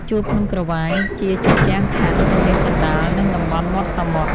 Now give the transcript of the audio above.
ជួរភ្នំក្រវាញ ជាជញ្ជាំងខ័ណ្ឌទំនាបកណ្តាល និងតំបន់មាត់សមុទ្រ ។